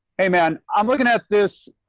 hey man, i'm looking at this,